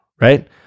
right